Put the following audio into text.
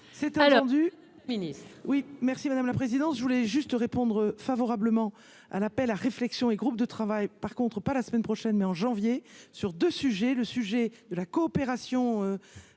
ministre. Oui merci madame la présidence, je voulais juste répondre favorablement à l'appel à réflexion et groupes de travail par contre pas la semaine prochaine mais en janvier, sur 2 sujets : le sujet de la coopération